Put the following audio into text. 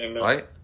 Right